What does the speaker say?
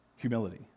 humility